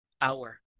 hour